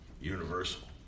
universal